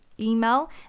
Email